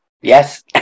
Yes